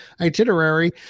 itinerary